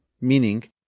Meaning